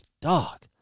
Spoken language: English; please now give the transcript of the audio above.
dog